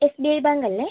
S B I bank അല്ലെ